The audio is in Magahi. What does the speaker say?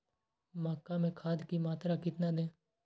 मक्का में खाद की मात्रा कितना दे?